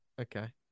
Okay